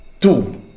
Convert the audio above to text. Two